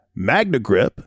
MagnaGrip